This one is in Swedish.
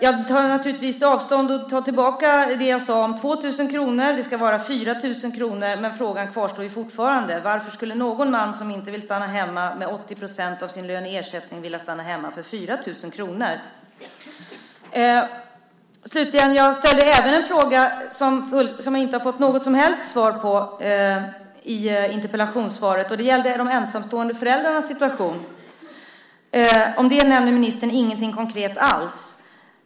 Jag tar tillbaka det jag sade om 2 000 kr. Det ska vara 4 000 kr. Men frågan kvarstår fortfarande. Varför skulle någon man som inte vill stanna hemma med 80 % av sin lön i ersättning vilja stanna hemma för 4 000 kr? Slutligen ställde jag även en fråga jag inte har fått något som helst svar på i interpellationssvaret. Det gällde de ensamstående föräldrarnas situation. Om det nämner minister ingenting konkret alls.